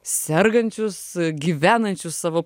sergančius gyvenančius savo